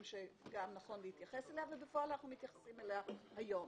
שגם נכון להתייחס אליה ובפועל אנחנו מתייחסים אליה היום.